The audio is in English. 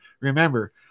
Remember